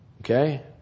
Okay